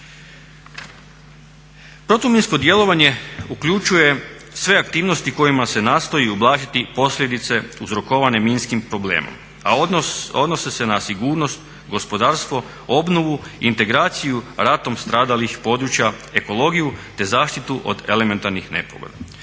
Protuminsko djelovanje uključuje sve aktivnosti kojima se nastoji ublažiti posljedice uzrokovane minskim problemom, a odnose se na sigurnost, gospodarstvo, obnovu, integraciju ratom stradalih područja, ekologiju te zaštitu od elementarnih nepogoda.